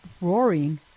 roaring